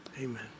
Amen